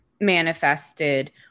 manifested